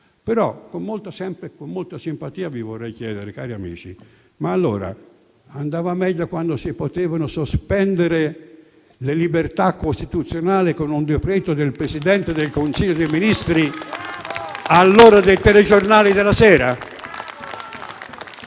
sempre con molta simpatia vi vorrei chiedere, cari amici, se andava meglio quando si potevano sospendere le libertà costituzionali con un decreto del Presidente del Consiglio dei ministri all'ora dei telegiornali della sera?